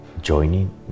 joining